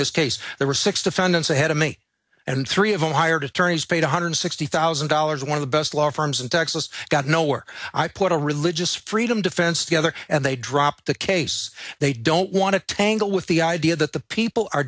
this case there were six defendants ahead of me and three of them hired attorneys paid one hundred sixty thousand dollars one of the best law firms in texas got nowhere i put a religious freedom defense together and they dropped the case they don't want to tangle with the idea that the people are